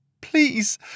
Please